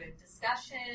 discussion